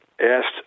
asked